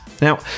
Now